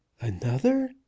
Another